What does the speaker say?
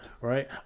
right